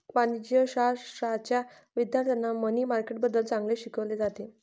वाणिज्यशाश्राच्या विद्यार्थ्यांना मनी मार्केटबद्दल चांगले शिकवले जाते